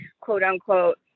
quote-unquote